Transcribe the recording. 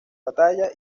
batalla